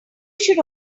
should